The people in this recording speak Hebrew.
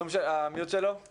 אני